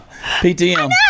PTM